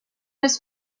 was